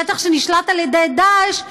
לשטח שנשלט על ידי דאעש,